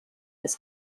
this